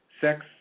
sex